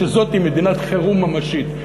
שזאת מדינת חירום ממשית.